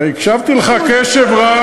הרי הקשבתי לך קשב רב,